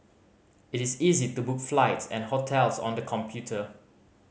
it is easy to book flights and hotels on the computer